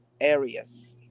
areas